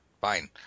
fine